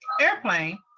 airplane